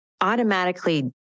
automatically